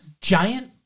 giant